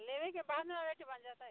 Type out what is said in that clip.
लेबयके बाद ने रेट बनि जेतै